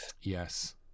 Yes